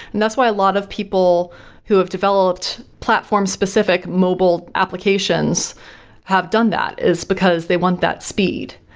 and that's why a lot of people who have developed platform specific mobile applications have done that is because they want that speed.